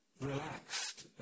relaxed